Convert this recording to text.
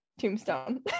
tombstone